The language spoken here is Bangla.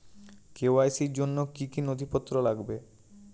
কে.ওয়াই.সি র জন্য কি কি নথিপত্র লাগবে?